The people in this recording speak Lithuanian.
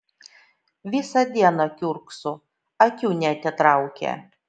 visą dieną kiurkso akių neatitraukia